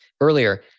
earlier